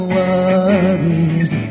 worried